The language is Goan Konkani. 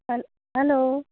हॅल हॅलो